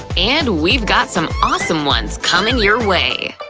and we've got some awesome ones coming your way!